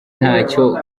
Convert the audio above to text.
ntacyo